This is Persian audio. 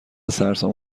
سرسام